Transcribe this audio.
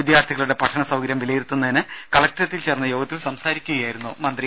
വിദ്യാർത്ഥികളുടെ പഠന സൌകര്യം വിലയിരുത്തുന്നതിന് കളക്ടറേറ്റിൽ ചേർന്ന യോഗത്തിൽ സംസാരിക്കുകയായിരുന്നു മന്ത്രി